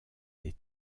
des